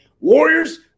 Warriors